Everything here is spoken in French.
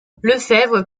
lefevre